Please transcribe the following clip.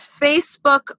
Facebook